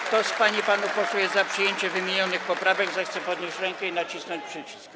Kto z pań i panów posłów jest za przyjęciem wymienionych poprawek, zechce podnieść rękę i nacisnąć przycisk.